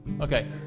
Okay